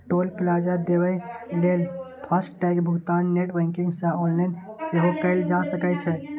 टोल plaza देबय लेल FASTag भुगतान नेट बैंकिंग सं ऑनलाइन सेहो कैल जा सकै छै